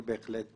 זו לא הייתה